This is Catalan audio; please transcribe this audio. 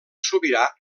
sobirà